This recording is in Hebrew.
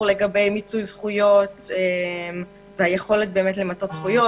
לגבי מיצוי זכויות והיכולת למצות זכויות,